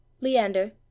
leander